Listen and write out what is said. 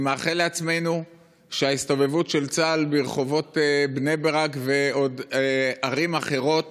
אני מאחל לעצמנו שההסתובבות של צה"ל ברחובות בני ברק וערים אחרות